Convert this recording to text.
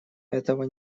этого